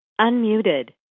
Unmuted